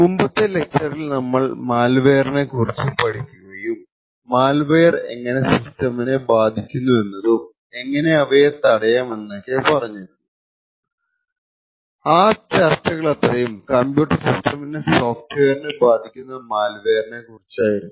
മുമ്പത്തെ ലെക്ച്ചറിൽ നമ്മൾ മാൽവെയറിനെ കുറിച്ച് പഠിക്കുകയും മാൽവെയർ എങ്ങനെ സിസ്റ്റമിനെ ബാധിക്കുന്നു എന്നതും എങ്ങനെ അവയെ തടയാം എന്നൊക്കെ പറഞ്ഞിരുന്നു ആ ചർച്ചകളത്രയും കമ്പ്യൂട്ടർ സിസ്റ്റമിനെ സോഫ്ട്വെയറിനെ ബാധിക്കുന്ന മാൽവെയറിനെ കുറിച്ച് ആയിരുന്നു